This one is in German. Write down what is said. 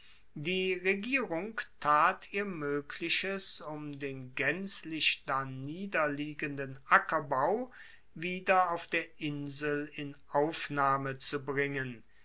die regierung tat ihr moegliches um den gaenzlich darniederliegenden ackerbau wieder auf der insel in aufnahme zu bringen